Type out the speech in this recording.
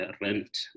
Rent